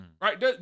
Right